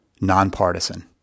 nonpartisan